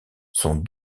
sont